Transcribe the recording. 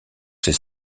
ses